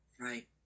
right